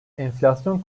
enflasyon